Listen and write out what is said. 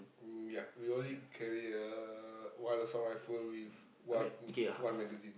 mm ya we only carry uh one assault-rifle with one one magazine